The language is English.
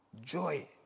Joy